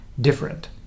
different